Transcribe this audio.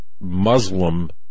Muslim